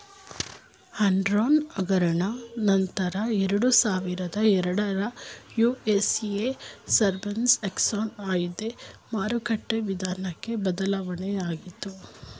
Enron ಹಗರಣ ನಂತ್ರ ಎರಡುಸಾವಿರದ ಎರಡರಲ್ಲಿ ಯು.ಎಸ್.ಎ ಸರ್ಬೇನ್ಸ್ ಆಕ್ಸ್ಲ ಕಾಯ್ದೆ ಮಾರುಕಟ್ಟೆ ವಿಧಾನಕ್ಕೆ ಬದಲಾವಣೆಯಾಗಿತು